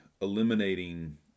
eliminating